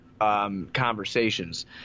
conversations